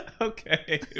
okay